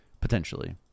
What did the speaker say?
potentially